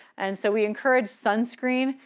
and so we encourage sunscreen.